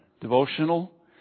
devotional